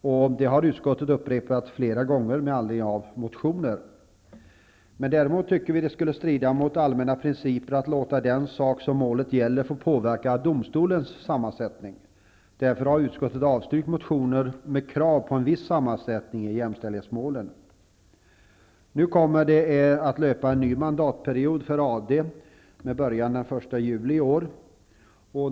Detta har utskottet också upprepat flera gånger med anledning av motioner. Däremot tycker vi att det skulle strida mot allmänna principer att låta den sak som målet gäller få påverka domstolens sammansättning. Därför har utskottet avstyrkt motioner med krav på viss sammansättning i jämställdhetsmålen. En ny mandatperiod för AD börjar löpa den 1 juli i år.